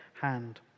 hand